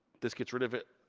this gets rid of it,